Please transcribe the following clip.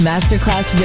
Masterclass